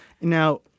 Now